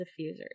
diffusers